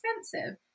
expensive